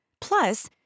Plus